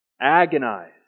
Agonize